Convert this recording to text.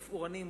תפאורנים,